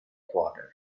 quarter